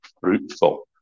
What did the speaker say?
fruitful